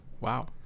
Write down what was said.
Wow